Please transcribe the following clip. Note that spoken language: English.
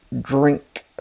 drink